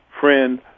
friend